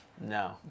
No